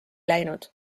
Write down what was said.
läinud